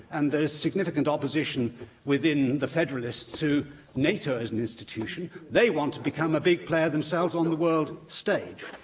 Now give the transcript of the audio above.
and there is significant opposition within the federalists to nato as an institution. they want to become a big player themselves on the world stage.